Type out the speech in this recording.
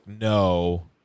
no